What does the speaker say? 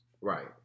Right